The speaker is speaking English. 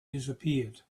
disappeared